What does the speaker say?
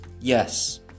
Yes